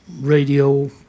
radio